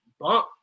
bump